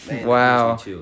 wow